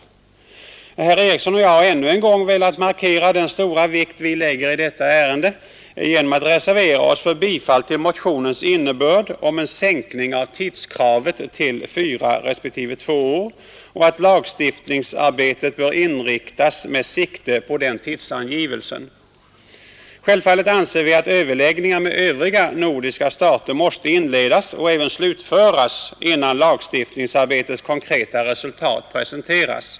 Herr Eriksson i Arvika och jag har ännu en gång velat markera den stora vikt vi tillmäter detta ärende genom att reservera oss för bifall till motionens yrkande om en sänkning av tidskravet till fyra respektive två år och för att lagstiftningsarbetet inriktas med sikte på den tidsangivelsen. Självfallet anser vi att överläggningar med övriga nordiska stater måste inledas, och även slutföras, innan lagstiftningsarbetets konkreta resultat presenteras.